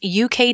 UK